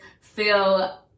feel